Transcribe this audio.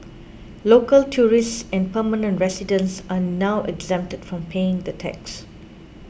local tourists and permanent residents are now exempted from paying the tax